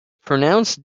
pronounced